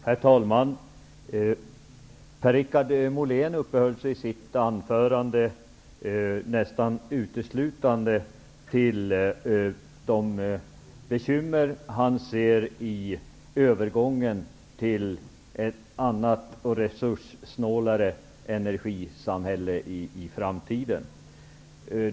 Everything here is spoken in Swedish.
Herr talman! Per-Richard Molén uppehöll sig i sitt anförande nästan uteslutande vid de bekymmer han ser i samband med övergången till ett annat resurssnålare energisamhälle i framtiden.